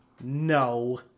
no